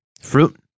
fruit